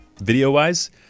Video-wise